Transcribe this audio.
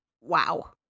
wow